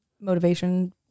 motivation